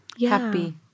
Happy